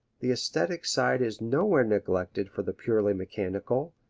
the aesthetic side is nowhere neglected for the purely mechanical,